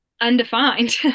undefined